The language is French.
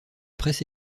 presse